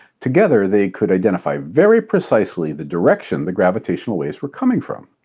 together, they could identify very precisely the direction the gravitational waves were coming from.